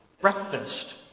breakfast